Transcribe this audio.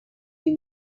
die